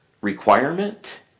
requirement